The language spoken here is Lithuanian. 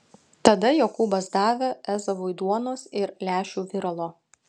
tada jokūbas davė ezavui duonos ir lęšių viralo